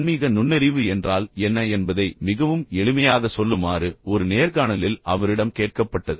ஆன்மீக நுண்ணறிவு என்றால் என்ன என்பதை மிகவும் எளிமையாகச் சொல்லுமாறு ஒரு நேர்காணலில் அவரிடம் கேட்கப்பட்டது